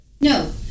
No